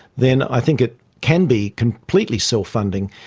then i think it can be completely self-funding.